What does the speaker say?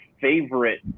favorite